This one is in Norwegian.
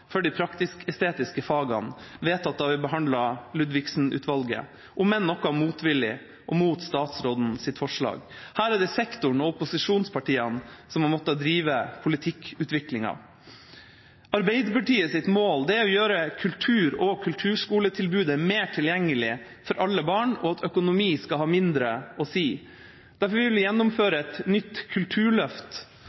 for de praktisk-estetiske fagene, vedtatt da vi behandlet Ludvigsen-utvalgets innstilling, om enn noe motvillig og mot statsrådens forslag. Her er det sektoren og opposisjonspartiene som har måttet drive politikkutviklingen. Arbeiderpartiets mål er å gjøre kultur og kulturskoletilbudet mer tilgjengelig for alle barn og at økonomi skal ha mindre å si. Derfor vil vi